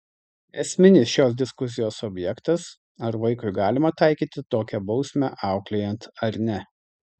esminis šios diskusijos objektas ar vaikui galima taikyti tokią bausmę auklėjant ar ne